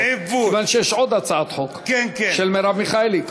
כיוון שיש עוד הצעת חוק של מרב מיכאלי.